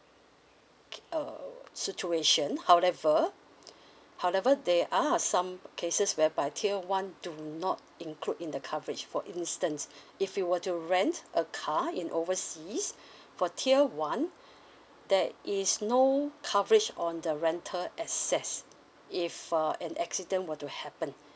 k~ uh situation however however there are some cases whereby tier one do not include in the coverage for instance if you were to rent a car in overseas for tier one there is no coverage on the rental access if uh an accident were to happen